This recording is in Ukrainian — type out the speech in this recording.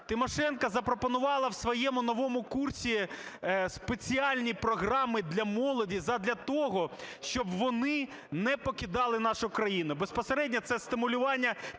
Тимошенко запропонувала в своєму новому курсі спеціальні програми для молоді задля того, щоб вони не покидала нашу країну. Безпосередньо – це стимулювання